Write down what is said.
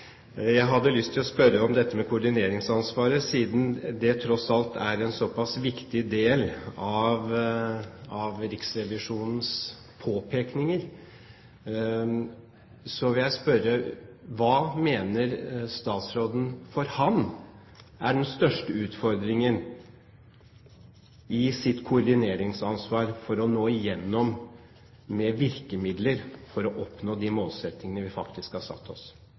Jeg har lyst til å spørre om koordineringsansvaret, siden det tross alt er en såpass viktig del av Riksrevisjonens påpekninger: Hva mener statsråden for ham er den største utfordringen når det gjelder hans koordineringsansvar for å nå igjennom med virkemidler for å oppnå de målsettingene vi faktisk har satt oss?